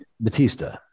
Batista